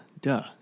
duh